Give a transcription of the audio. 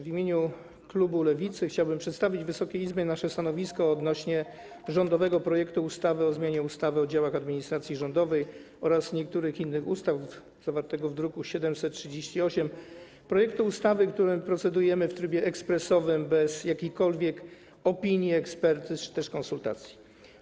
W imieniu klubu Lewicy chciałbym przedstawić Wysokiej Izbie nasze stanowisko wobec rządowego projektu ustawy o zmianie ustawy o działach administracji rządowej oraz niektórych innych ustaw zawartego w druku nr 738, projektu ustawy, nad którym procedujemy w trybie ekspresowym bez jakichkolwiek opinii, ekspertyz czy konsultacji.